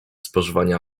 spożywanie